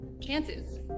chances